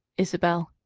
isabel.